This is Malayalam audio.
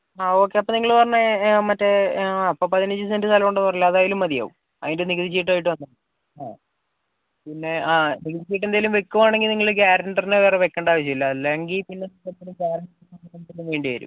ആ ഓക്കെ അപ്പം നിങ്ങള് പറഞ്ഞ മറ്റേ അപ്പം പതിനഞ്ച് സെൻറ്റ് സ്ഥലം ഉണ്ടെന്ന് പറഞ്ഞില്ലേ അതായാലും മതിയാവും അതിൻ്റെ നികുതി ചീട്ടായിട്ട് വന്നാൽ മതി ആ പിന്നെ ആ നികുതി ചീട്ട് എന്തെങ്കിലും വെക്കുവാണെങ്കിൽ നിങ്ങൾ ഗ്യാരൻഡറിനെ വേറെ വെക്കണ്ട ആവശ്യമില്ല അല്ലെങ്കിൽ പിന്നെ ഇതിന് ഗ്യാരൻഡറിനെ തന്നെ വേണ്ടിവരും